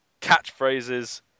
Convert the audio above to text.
Catchphrases